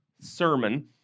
sermon